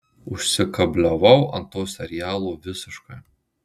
užsikabliavau ant to serialo visiškai